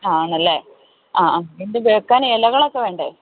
ആണല്ലേ അ അ ഇതിൽവെക്കാൻ ഇലകളൊക്കെ വേണ്ടേ